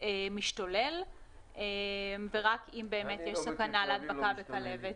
משתולל ורק אם באמת יש סכנה להדבקה בכלבת.